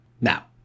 Now